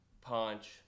punch